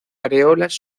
areolas